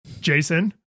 Jason